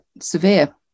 severe